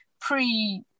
pre-